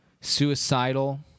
suicidal